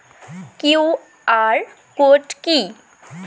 QR code কি?